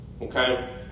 Okay